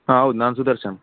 ಹಾಂ ಹೌದ್ ನಾನು ಸುದರ್ಶನ್